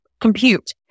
compute